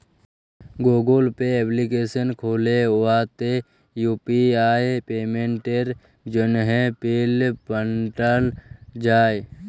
Google Pay application খ্যুলে উয়াতে UPI পেমেল্টের জ্যনহে পিল পাল্টাল যায়